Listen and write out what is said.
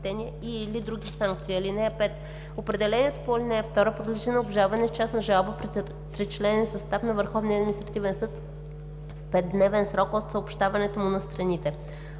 и/или други санкции. (5) Определението по ал. 2 подлежи на обжалване с частна жалба пред тричленен състав на Върховния административен съд в 5-дневен срок от съобщаването му на страните.